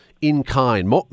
in-kind